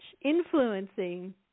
influencing